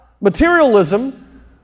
materialism